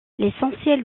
l’essentiel